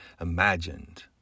imagined